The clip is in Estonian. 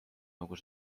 nagu